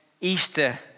Easter